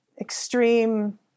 extreme